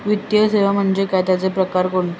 वित्तीय सेवा म्हणजे काय? त्यांचे प्रकार कोणते?